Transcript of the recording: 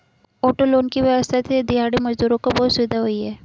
auto loan की व्यवस्था से दिहाड़ी मजदूरों को बहुत सुविधा हुई है